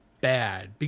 bad